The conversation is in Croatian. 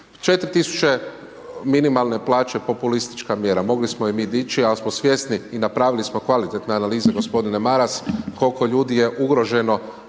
Četiri tisuće minimalne plaće je populistička mjera, mogli smo je mi dići, ali smo svjesni i napravili smo kvalitetne analize gospodine Maras, kol'ko ljudi je ugroženo